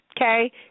Okay